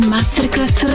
Masterclass